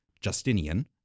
Justinian